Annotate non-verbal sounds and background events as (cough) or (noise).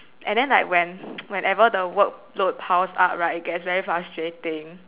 and then like when (noise) whenever the workload piles up right it gets very frustrating